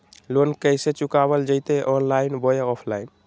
Loan कैसे चुकाबल जयते ऑनलाइन बोया ऑफलाइन?